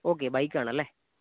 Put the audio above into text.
okay bike ആണല്ലേ